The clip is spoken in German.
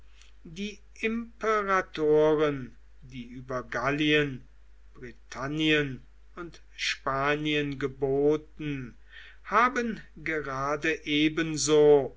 die imperatoren die über gallien britannien und spanien geboten haben gerade ebenso